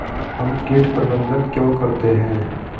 हम कीट प्रबंधन क्यों करते हैं?